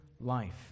life